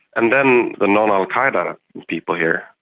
and then the non-al qaeda people here,